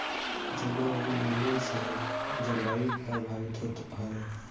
वनोंन्मुलन से जलवायु भी प्रभावित होत हवे